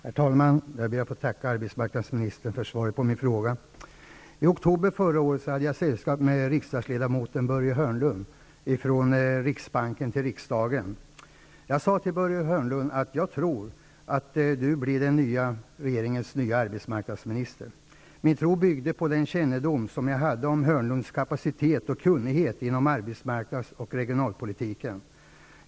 Herr talman! Jag ber att få tacka arbetsmarknadsministern för svaret på min fråga. I oktober förra året hade jag sällskap med riksdagsledamoten Börje Hörnlund från riksbanken till riksdagen. Jag sade till Börje Hörnlund: Jag tror att du blir den nya regeringens arbetsmarknadsminister. Min tro byggde på min kännedom om Börje Hörnlunds kapacitet och om hans kunnighet inom arbetsmarknadsoch regionalpolitiken.